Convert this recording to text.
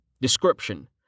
Description